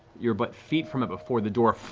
you're but feet from it before the door